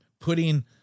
putting